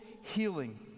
healing